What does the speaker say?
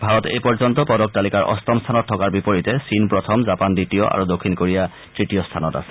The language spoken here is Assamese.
ভাৰত এই পৰ্যন্ত পদক তালিকাৰ অষ্টম স্থানত থকাৰ বিপৰীতে চীন প্ৰথম জাপান দ্বিতীয় আৰু দক্ষিণ কোৰিয়া তৃতীয় স্থানত আছে